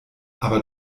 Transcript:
aber